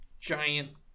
giant